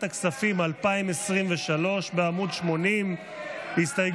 התשפ"ד 2023, התקבלה